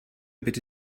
bitte